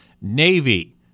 Navy